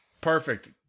Perfect